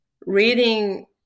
reading